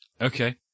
Okay